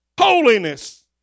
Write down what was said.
holiness